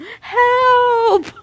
Help